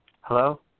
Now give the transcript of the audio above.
Hello